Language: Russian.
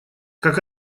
как